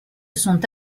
sont